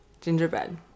gingerbread